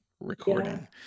recording